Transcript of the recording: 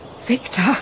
Victor